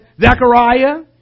Zechariah